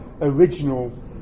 original